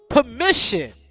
permission